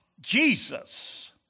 Jesus